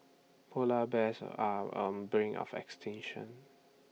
Polar Bears are on bring of extinction